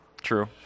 True